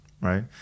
right